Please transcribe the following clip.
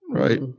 Right